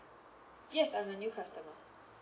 yes I'm a new customer